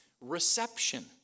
reception